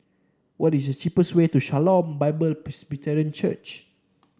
what is the cheapest way to Shalom Bible Presbyterian Church